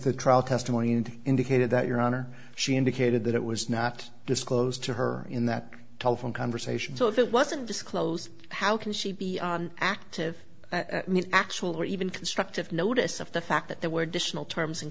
the trial testimony and indicated that your honor she indicated that it was not disclosed to her in that telephone conversation so if it wasn't disclosed how can she be active actual or even constructive notice of the fact that there were additional terms and